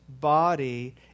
body